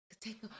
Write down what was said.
take